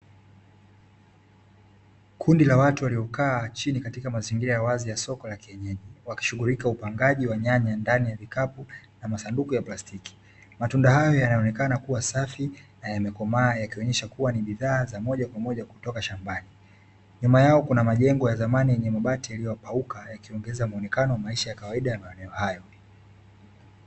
Kundi la watu waliokaa chini katika mazingira ya wazi ya soko la kienyeji, wakishughulika upangaji wa nyanya ndani ya vikapu na masanduku ya plastiki, matunda hayo yanaonekana kuwa safi na yamekomaa yakionyesha kuwa ni bidhaa za moja kwa moja kutoka shambani, nyuma yao kuna majengo ya zamani yenye mabati yaliyopauka yakiongeza muonekano wa maisha ya kawaida ya maeneo hayo.